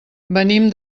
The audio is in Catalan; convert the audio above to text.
venim